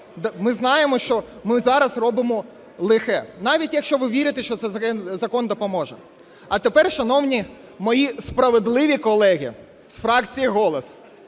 Ми знаємо, що ми зараз робимо лихе, навіть якщо ви вірите, що цей закон допоможе. А тепер, шановні мої справедливі колеги з фракції "Голос",